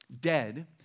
dead